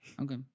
Okay